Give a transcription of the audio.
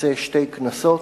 שחוצה שתי כנסות.